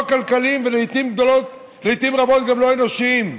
לא כלכליים, ולעיתים רבות גם לא אנושיים.